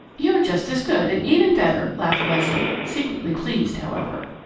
you're just as good and even better! laughed leslie, secretly pleased, however.